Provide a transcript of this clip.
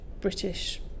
British